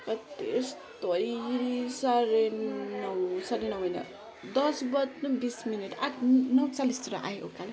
त्यस्तै साढे नौ साढे नौ होइन दस बज्नु बिस मिनेट नौ चालिसतिर आएँ उकालो